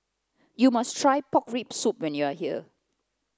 you must try pork rib soup when you are here